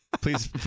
please